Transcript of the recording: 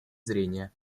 зрения